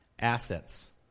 assets